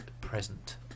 present